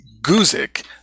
Guzik